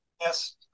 Yes